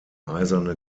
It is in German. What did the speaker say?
eiserne